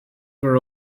were